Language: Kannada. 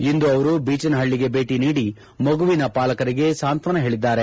ಇಂದು ಅವರು ಬೀಚನಹಳ್ಳಿಗೆ ಭೇಟಿ ನೀಡಿ ಮಗುವಿಗೆ ಪಾಲಕರಿಗೆ ಸಾಂತ್ತನ ಹೇಳಿದ್ದಾರೆ